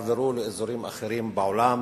והועברו לאזורים אחרים בעולם,